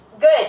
Good